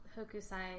Hokusai